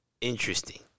Interesting